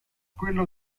quella